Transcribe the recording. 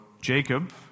Jacob